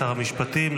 שר המשפטים,